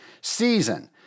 season